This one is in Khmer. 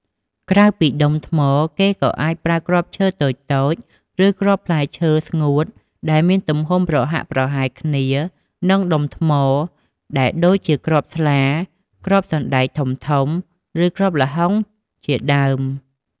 ក្រៅពីដុំថ្ម គេក៏អាចប្រើគ្រាប់ឈើតូចៗ ឬគ្រាប់ផ្លែឈើស្ងួតដែលមានទំហំប្រហាក់ប្រហែលគ្នានឹងដុំថ្មដែរដូចជាគ្រាប់ស្លា គ្រាប់សណ្ដែកធំៗ ឬគ្រាប់ល្ហុងជាដើម។